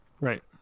Right